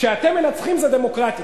כשאתם מנצחים זה דמוקרטי,